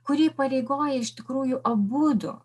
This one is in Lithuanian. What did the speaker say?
kuri įpareigoja iš tikrųjų abudu